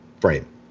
frame